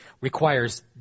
requires